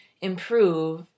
improve